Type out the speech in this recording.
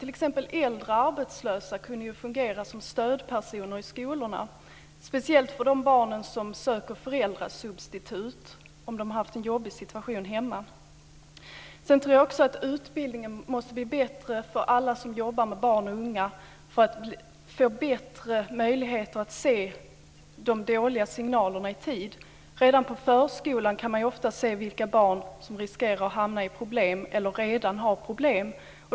T.ex. äldre arbetslösa kunde fungera som stödpersoner i skolorna, speciellt för de barn som söker föräldrasubstitut om de haft en jobbig situation hemma. Sedan tror jag också att utbildningen måste bli bättre för alla som jobbar med barn och unga för att få bättre möjligheter att se de dåliga signalerna i tid. Redan på förskolan kan man ofta se vilka barn som riskerar att hamna i problem eller redan har problem.